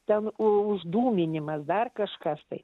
ten uždūminimas dar kažkas tai